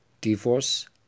divorce